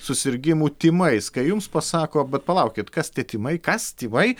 susirgimų tymais kai jums pasako bet palaukit kas tie tymai kas tymai